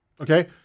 Okay